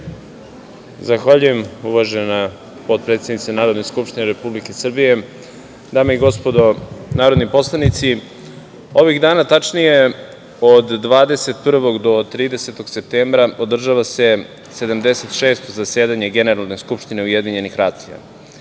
Zahvaljujem, uvažena potpredsednice Narodne skupštine Republike Srbije. Dame i gospodo narodni poslanici, ovih dana, tačnije od 21. do 30. septembra, održava se 76. zasedanje Generalne skupštine UN. Za razliku